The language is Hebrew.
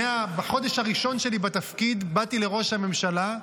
בחודש הראשון שלי בתפקיד באתי לראש הממשלה,